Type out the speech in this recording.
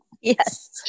Yes